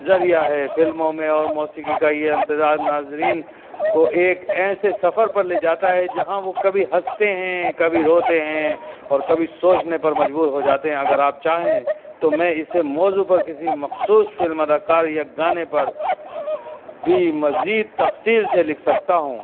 ذریعہ ہے فلموں میں اور موسیقی کا یہ امتزاج ناظرین کو ایک ایسے سفر پر لے جاتا ہے جہاں وہ کبھی ہنستے ہیں کبھی روتے ہیں اور کبھی سوچنے پر مجبور ہو جاتے ہیں اگر آپ چاہیں تو میں اسے موضوع پر کسی مخصوص فلم اداکار یا گانے پر بھی مزید تفصیل سے لکھ سکتا ہوں